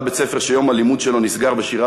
ועד בית-ספר שיום הלימוד שלו נסגר בשירה